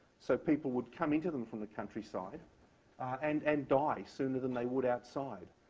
so people would coming into them from the countryside and and die sooner than they would outside.